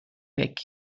weg